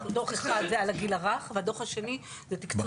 זה דוח אחד זה על הגיל הרך והדוח השני זה תקצוב.